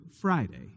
Friday